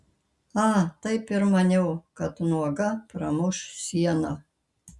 a taip ir maniau kad nuoga pramuš sieną